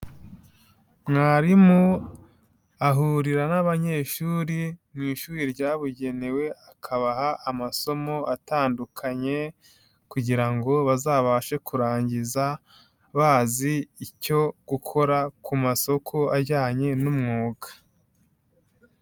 Mwarimu ahurira n'abanyeshuri mu ishuri ryabugenewe, akabaha amasomo atandukanye, kugira ngo bazabashe kurangiza bazi icyo gukora ku masoko ajyanye n'umwuga.